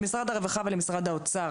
למשרד הרווחה ולמשרד האוצר,